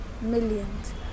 Millions